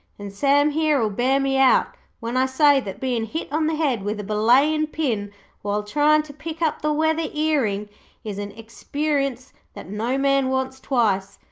and sam here'll bear me out when i say that bein' hit on the head with a belayin' pin while tryin' to pick up the weather earing is an experience that no man wants twice.